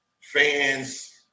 Fans